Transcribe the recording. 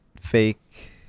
fake